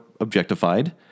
objectified